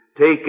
take